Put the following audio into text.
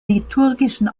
liturgischen